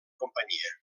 companyia